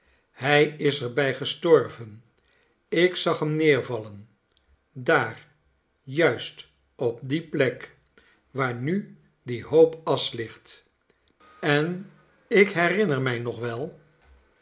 hij is er bij gestorven ik zag hem neervallen daar juist op die plek waar nu die hoop asch ligt en ik herinner mij nog wel